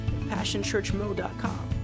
passionchurchmo.com